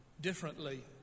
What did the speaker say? differently